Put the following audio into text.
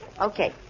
Okay